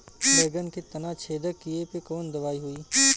बैगन के तना छेदक कियेपे कवन दवाई होई?